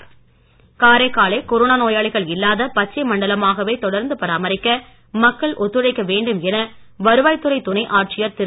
ஆதர்ஷ் காரைக்காலை கொரோனா நோயாளிகள் இல்லாத பச்சை மண்டலமாகவே தொடர்ந்து பராமரிக்க மக்கள் ஒத்துழைக்க வேண்டும் என வருவாய்த்துறை துணை ஆட்சியர் திரு